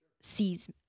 sees